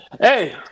Hey